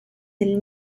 del